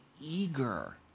eager